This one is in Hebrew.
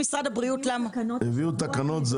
הביאו תקנות.